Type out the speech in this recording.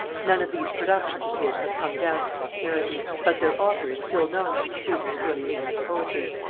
none of these productions of his have come down to posterity but their author is still known to the student of early english poetry,